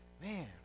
man